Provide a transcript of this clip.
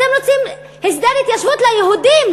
אתם רוצים הסדר התיישבות ליהודים,